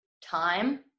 time